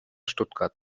stuttgart